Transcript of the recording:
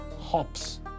hops